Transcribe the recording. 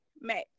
Max